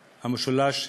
המשולש,